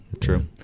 true